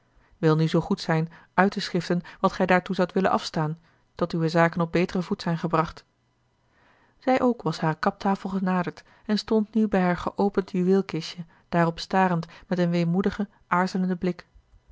wil nu zoo goed zijn uit te schiften wat gij daartoe zoudt willen afstaan tot uwe zaken op beteren voet zijn gebracht zij ook was hare kaptafel genaderd en stond nu bij haar geopend juweelkistje daarop starend met een weemoedigen aarzelenden blik